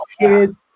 kids